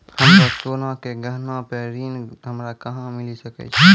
हमरो सोना के गहना पे ऋण हमरा कहां मिली सकै छै?